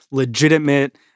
legitimate